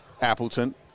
Appleton